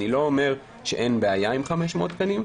אני לא אומר שאין בעיה עם 500 תקנים,